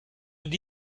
and